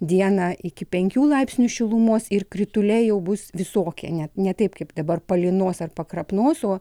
dieną iki penkių laipsnių šilumos ir krituliai jau bus visokie ne ne taip kaip dabar palynos ar pakrapnos o